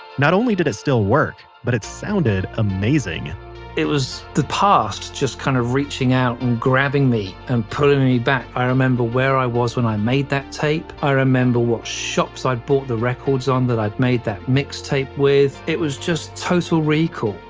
not only did it still work, but it sounded amazing it was the past just kind of reaching out and grabbing me and pulling me back. i remember where i was when i made that tape. i remember what shops i bought the records on that i'd made that mix tape with. it was just total recall.